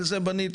על זה בניתי.